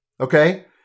okay